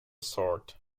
sort